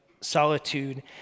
solitude